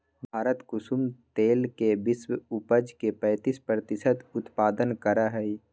भारत कुसुम तेल के विश्व उपज के पैंतीस प्रतिशत उत्पादन करा हई